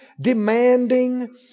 demanding